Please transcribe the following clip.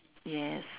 yes